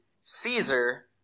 Caesar